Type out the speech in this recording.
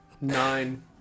Nine